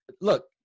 look